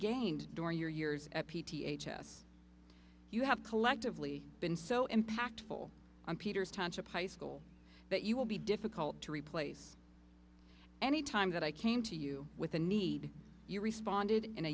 gained during your years at p t a h s you have collectively been so impactful on peter's township high school that you will be difficult to replace any time that i came to you with a need you responded in a